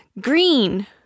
Green